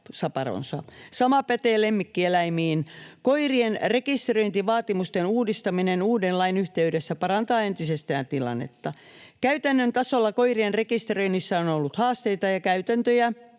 Sama pätee lemmikkieläimiin. Koirien rekisteröintivaatimusten uudistaminen uuden lain yhteydessä parantaa entisestään tilannetta. Käytännön tasolla koirien rekisteröinnissä on ollut haasteita, ja käytäntöjä